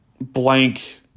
blank